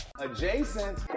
Adjacent